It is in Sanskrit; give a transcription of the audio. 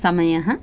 समयः